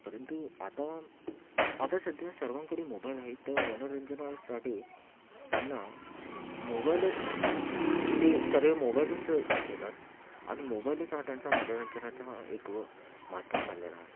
परंतु आता आता सध्या सर्वांकडे मोबाइल आहे तर मनोरंजनासाठी त्यांना मोबाईलच ते सगळे मोबाईलच घेणार आणि मोबाईलच हा त्यांचा मनोरंजनाचा हा एक माध्यम बनलेला आहे